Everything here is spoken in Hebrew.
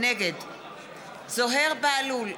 נגד זוהיר בהלול,